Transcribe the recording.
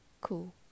cool